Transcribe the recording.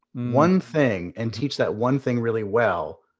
one thing. and teach that one thing really well,